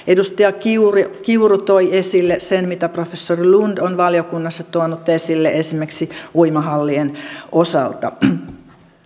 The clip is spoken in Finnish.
edustaja kiuru toi esille sen mitä professori lund on valiokunnassa tuonut esille esimerkiksi uimahallien osalta